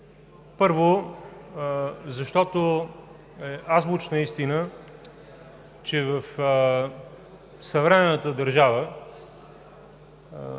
Първо, защото е азбучна истина, че в съвременната държава